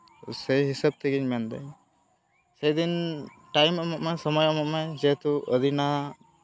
ᱥᱮᱹᱭ ᱦᱤᱥᱟᱹᱵᱽ ᱛᱮᱜᱮᱧ ᱢᱮᱱᱫᱟᱹᱧ ᱥᱮᱫᱤᱱ ᱴᱟᱭᱤᱢ ᱮᱢᱚᱜ ᱢᱮ ᱥᱚᱢᱚᱭ ᱮᱢᱚᱜ ᱢᱮ ᱡᱮᱦᱮᱛᱩ ᱟᱹᱫᱤᱱᱟ